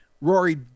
Rory